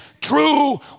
true